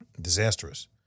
disastrous